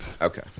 Okay